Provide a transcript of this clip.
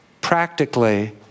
practically